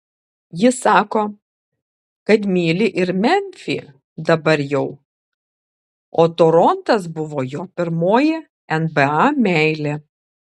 jis sako kad myli ir memfį dabar jau o torontas buvo jo pirmoji nba meilė